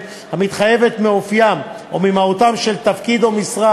המתחייבת מאופיים או ממהותם של התפקיד או המשרה,